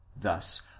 thus